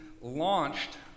launched